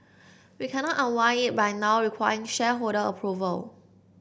we cannot unwind it by now requiring shareholder approval